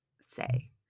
say